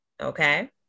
Okay